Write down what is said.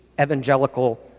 evangelical